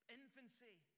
infancy